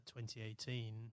2018